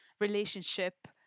relationship